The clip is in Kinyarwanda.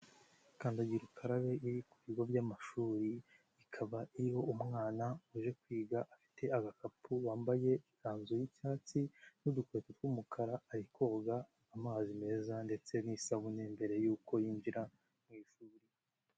Kandagira ukarabe iri ku bigo by'amashuri ikaba iyo umwana uje kwiga afite agakapu wambaye ikanzu y'icyatsi n'udukweto tw'umukara ari koga amazi meza ndetse n'isabune mbere y'uko yinjira mu ishuri.